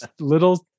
little